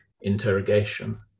interrogation